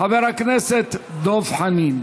חבר הכנסת דב חנין.